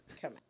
Come